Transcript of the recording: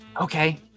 okay